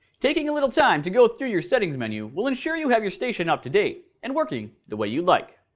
taking a little time to go through your settings menu will ensure you have your station up to date and working the way you'd like.